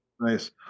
Nice